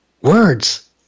words